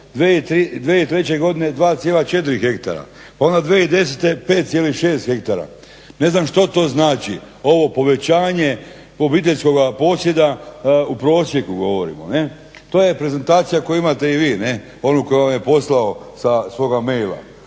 2003. 2,4 hektara, pa onda 2010. 5,6 hektara. Ne znam što to znači ovo povećanje obiteljskoga posjeda, o prosjeku govorimo. Ne? To je prezentacija koju imate i vi, ne, onu koju vam je poslao sa svoga e-maila.